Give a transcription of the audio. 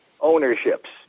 ownerships